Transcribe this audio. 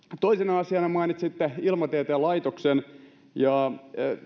toisena asiana mainitsitte ilmatieteen laitoksen ja